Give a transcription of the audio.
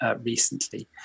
recently